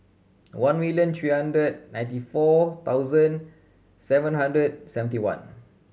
one million three hundred ninety four thousand seven hundred seventy one